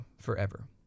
forever